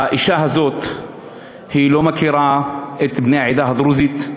האישה הזאת לא מכירה את בני העדה הדרוזית,